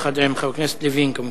יחד עם חבר הכנסת יריב לוין, כמובן.